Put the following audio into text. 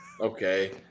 Okay